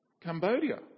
Cambodia